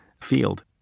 field